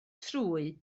trwy